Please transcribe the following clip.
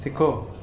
सिखो